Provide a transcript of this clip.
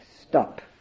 stop